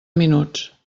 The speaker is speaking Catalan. minuts